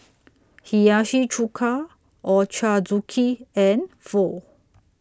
Hiyashi Chuka Ochazuke and Pho